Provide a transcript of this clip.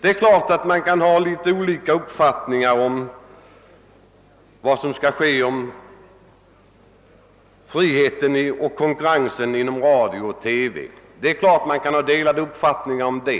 Det är klart att man kan ha olika uppfattningar om friheten och konkurrensen inom radio och TV och att man kan ha delade meningar också